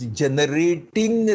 generating